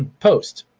post.